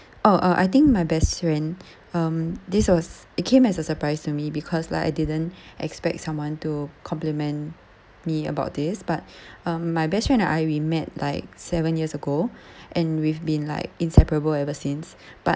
oh uh I think my best friend um this was it came as a surprise to me because like I didn't expect someone to compliment me about this but um my best friend and I we met like seven years ago and we've been like inseparable ever since but